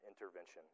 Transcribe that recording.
intervention